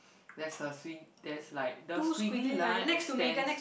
there's a sguig~ there's like the squiggly line extends